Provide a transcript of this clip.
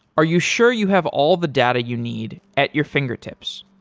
are you sure you have all the data you need at your fingertips?